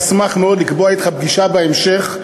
אשמח מאוד לקבוע אתך פגישה בהמשך.